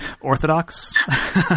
orthodox